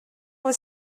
was